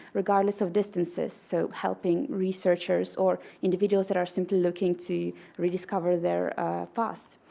regardless of distances, so helping researchers or individuals that are simply looking to rediscover their past.